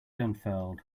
unfurled